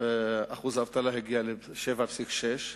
שיעור האבטלה הגיע ל-7.6%,